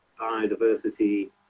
biodiversity